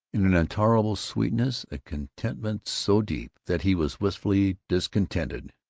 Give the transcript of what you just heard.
in an intolerable sweetness, a contentment so deep that he was wistfully discontented,